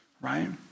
Right